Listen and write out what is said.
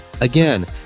again